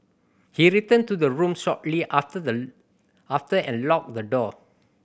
he returned to the room shortly after the after and locked the door